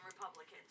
Republicans